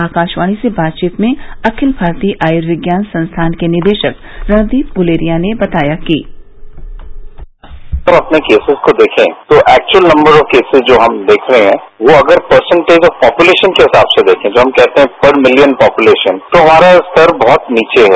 आकाश्वाणी से बातचीत में अखिल भारतीय आयुर्विज्ञान संस्थान के निदेशक रणदीप गुलेरिया ने बताया कि हम अपने केसेज को देखे तो एक्वुअल नंबर ऑफ केसेज जो हम देख रहे है वो अगर परसेन्टेज ऑफ पोपुलेशन के हिसाब से देखे जो हम कहते है पर मिलियन पोपुलेशन तोहमारा स्तर बहुत नीचे है